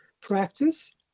practice